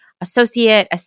associate